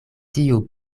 tiu